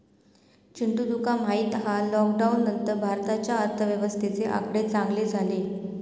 चिंटू तुका माहित हा लॉकडाउन नंतर भारताच्या अर्थव्यवस्थेचे आकडे चांगले झाले